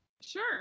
Sure